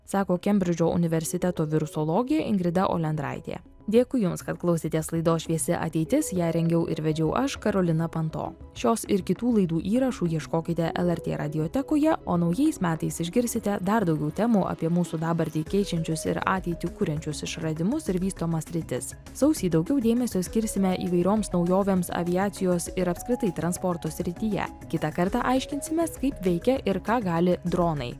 sako kembridžo universiteto virusologė ingrida olendraitė dėkui jums kad klausėtės laidos šviesi ateitis ją rengiau ir vedžiau aš karolina panto šios ir kitų laidų įrašų ieškokite lrt radiotekoje o naujais metais išgirsite dar daugiau temų apie mūsų dabartį keičiančius ir ateitį kuriančius išradimus ir vystomas sritis sausį daugiau dėmesio skirsime įvairioms naujovėms aviacijos ir apskritai transporto srityje kitą kartą aiškinsimės kaip veikia ir ką gali dronai